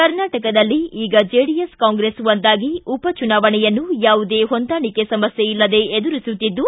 ಕರ್ನಾಟಕದಲ್ಲಿ ಈಗ ಜೆಡಿಎಸ್ ಕಾಂಗ್ರೆಸ್ ಒಂದಾಗಿ ಉಪಚುನಾವಣೆಯನ್ನು ಯಾವುದೇ ಹೊಂದಾಣಿಕೆ ಸಮಸ್ಟೆ ಇಲ್ಲದೆ ಎದುರಿಸುತ್ತಿದ್ದು